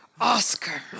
Oscar